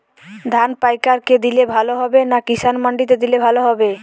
ধান পাইকার কে দিলে ভালো হবে না কিষান মন্ডিতে দিলে ভালো হবে?